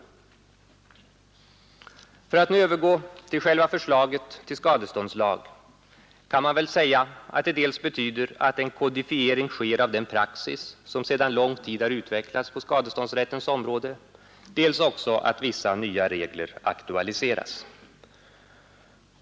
För att nu övergå till själva förslaget till skadeståndslag kan man väl säga att det betyder dels att en kodifiering sker av den praxis som sedan lång tid har utvecklats på skadeståndsrättens område, dels också att vissa nya regler aktualiseras.